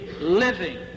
living